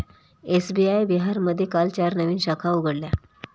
SBI बिहारमध्ये काल चार नवीन शाखा उघडल्या